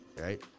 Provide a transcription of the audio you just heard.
right